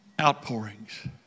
Outpourings